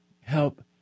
help